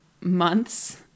months